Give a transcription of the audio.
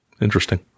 interesting